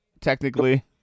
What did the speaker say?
technically